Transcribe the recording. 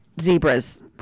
zebras